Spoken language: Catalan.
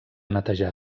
netejar